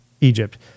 Egypt